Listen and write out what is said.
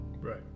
Right